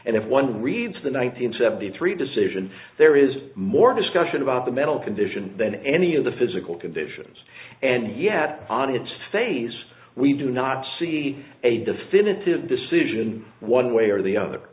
and if one reads the one thousand and seventy three decision there is more discussion about the mental condition than any of the physical conditions and yet on its face we do not see a definitive decision one way or the other